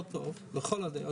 לפני שהוכנסה לסל,